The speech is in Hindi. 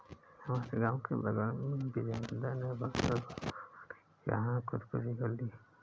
हमारे गांव के बगल में बिजेंदर ने फसल बर्बाद होने के कारण खुदकुशी कर ली